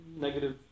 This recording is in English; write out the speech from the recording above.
negative